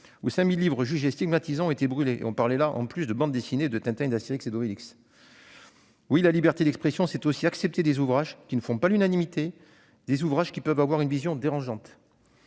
où 5 000 livres jugés stigmatisants ont été brûlés : on parlait là de bandes dessinées de Tintin et d'Astérix et Obélix ... Oui, la liberté d'expression c'est aussi accepter des ouvrages qui ne font pas l'unanimité, des ouvrages qui peuvent porter une vision dérangeante.